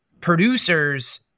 producers